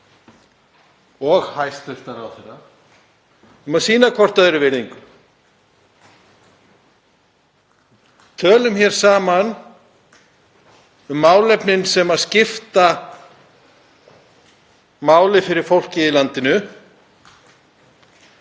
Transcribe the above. og hæstv. ráðherra um að sýna hvert öðru virðingu. Tölum hér saman um málefnin sem skipta máli fyrir fólkið í landinu.